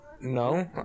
No